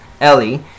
Ellie